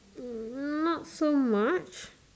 mm not so much